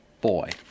boy